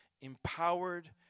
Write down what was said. empowered